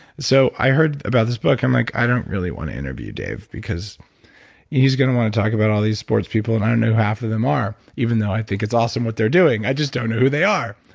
so i heard about this book. i'm like, i don't really want to interview dave because he's going to want to talk about all these sports people, and i don't know who half of them are. even though i think it's awesome what they're doing, i just don't know who they are!